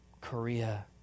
Korea